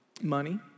money